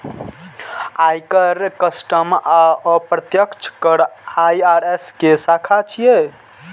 आयकर, कस्टम आ अप्रत्यक्ष कर आई.आर.एस के शाखा छियै